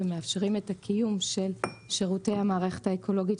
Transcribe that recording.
והם מאפשרים את הקיום של שירותי המערכת האקולוגית,